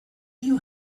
you